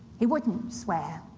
he wouldn't swear,